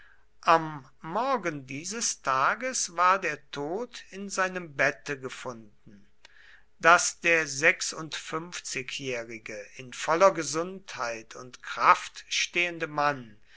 am morgen dieses tages ward er tot in seinem bette gefunden daß der sechsundfünfzigjährige in voller gesundheit und kraft stehende mann